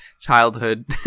childhood